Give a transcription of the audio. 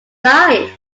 alive